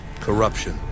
corruption